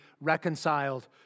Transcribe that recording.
reconciled